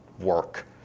work